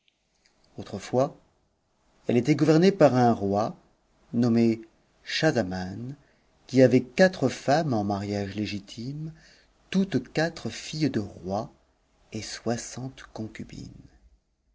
autrefois elle était gouvernée par un roi nommé schahzaman qui avait quatre femmes en mariage légitime toutes quatre filles de rois et soixante concubines